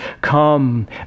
Come